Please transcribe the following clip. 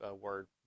word